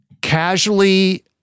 casually